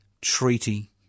treaty